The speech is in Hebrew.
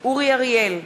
אורי אריאל,